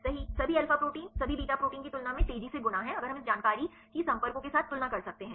सही सभी alpha protein सभी बीटा प्रोटीन की तुलना में तेजी से गुना है अगर हम इस जानकारी की संपर्कों के साथ तुलना कर सकते हैं